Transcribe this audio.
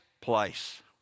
place